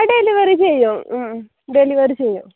ആ ഡെലിവറി ചെയ്യും ഡെലിവറി ചെയ്യും